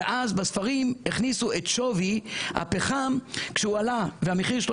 ואז בספרים הכניסו את שווי הפחם כשהוא עלה והמחיר שלו